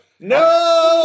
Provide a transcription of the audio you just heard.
no